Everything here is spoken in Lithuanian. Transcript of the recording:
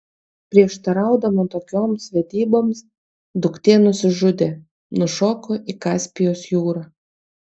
prieštaraudama tokioms vedyboms duktė nusižudė nušoko į kaspijos jūrą